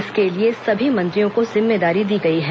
इसके लिए सभी मंत्रियों को जिम्मेदारी दी गई है